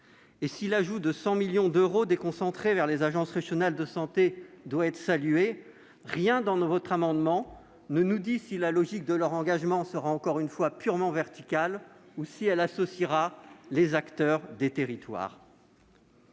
Et si l'ajout de 100 millions d'euros déconcentrés vers les ARS doit être salué, rien dans votre amendement ne nous dit si la logique de leur engagement sera encore une fois purement verticale, ou si les acteurs des territoires